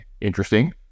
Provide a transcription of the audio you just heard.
Interesting